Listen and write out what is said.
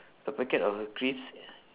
a packet of a crisps